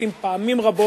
נתפסים פעמים רבות,